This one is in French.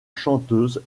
chanteuse